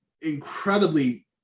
incredibly